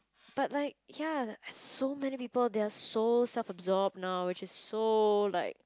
but like ya so many people they are so self absorbed now which is so like